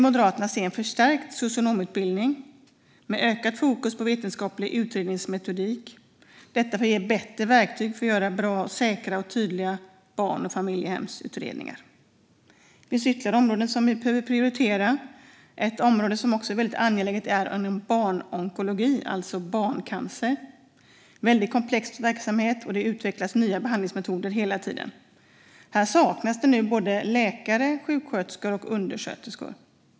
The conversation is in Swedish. Moderaterna vill se en förstärkt socionomutbildning med ökat fokus på vetenskaplig utredningsmetodik - detta för att ge bättre verktyg för att göra bra, säkra och tydliga barn och familjehemsutredningar. Det finns ytterligare områden som vi behöver prioritera. Ett sådant angeläget område är barnonkologi, alltså barncancer. Detta är en komplex verksamhet, och det utvecklas hela tiden nya behandlingsmetoder. Här saknas nu både läkare, sjuksköterskor och undersköterskor.